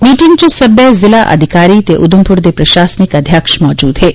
meeting च सब्बै ज़िला अधिकारी ते उधमपुर दे प्रशासनिक अध्यक्ष मौजूद हे